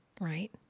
right